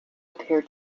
appear